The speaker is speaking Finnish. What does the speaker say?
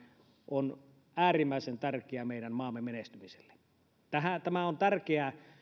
on äärimmäisen tärkeä meidän maamme menestymiselle tämä on tärkeää